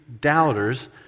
doubters